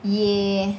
ya